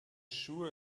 sure